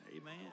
Amen